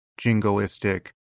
jingoistic